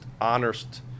honest